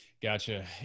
Gotcha